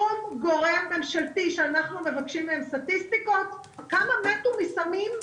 מכל גורם ממשלתי שאנחנו מבקשים מהם סטטיסטיות לגבי כמה מתו מסמים,